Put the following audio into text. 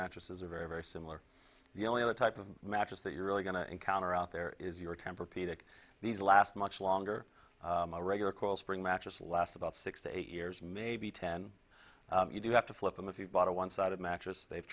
mattresses are very very similar the only other type of matches that you're really going to encounter out there is your temper p take these last much longer a regular coil spring mattress last about six to eight years maybe ten you do have to flip them if you bought a one sided mattress they've